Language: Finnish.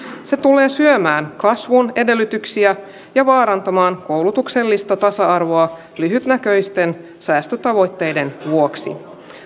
se tulee syömään kasvun edellytyksiä ja vaarantamaan koulutuksellista tasa arvoa lyhytnäköisten säästötavoitteiden vuoksi